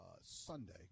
Sunday